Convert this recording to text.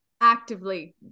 actively